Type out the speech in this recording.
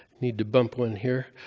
need to bump one here.